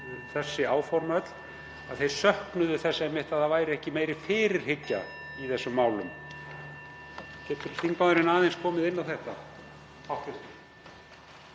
þessi áform öll, að þeir söknuðu þess einmitt að það væri meiri fyrirhyggja í þessum málum. Getur hv. þingmaður aðeins komið inn á þetta?